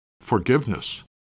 forgiveness